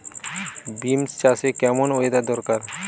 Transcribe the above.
Beans চাষে কেমন weather দরকার?